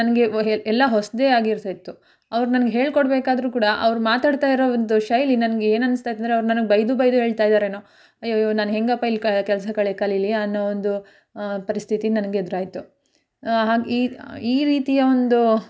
ನನಗೆ ಎಲ್ಲ ಹೊಸದೇ ಆಗಿರ್ತಾ ಇತ್ತು ಅವ್ರು ನನ್ಗೆ ಹೇಳ್ಕೊಬೇಕಾದ್ರೂ ಕೂಡ ಅವ್ರು ಮಾತಾಡ್ತಾಯಿರೋ ಒಂದು ಶೈಲಿ ನನಗೆ ಏನನ್ನಿಸ್ತಾ ಇತ್ತು ಅಂದರೆ ಅವ್ರು ನನ್ಗೆ ಬೈದು ಬೈದು ಹೇಳ್ತಾ ಇದ್ದಾರೇನೋ ಅಯ್ಯಯ್ಯೋ ನಾನು ಹೇಗಪ್ಪಾ ಇಲ್ಲಿ ಕೆಲಸ ಕಳಿ ಕಲೀಲಿ ಅನ್ನೋ ಒಂದು ಪರಿಸ್ಥಿತಿ ನನಗೆದುರಾಯ್ತು ಹಾ ಈ ಈ ರೀತಿಯ ಒಂದು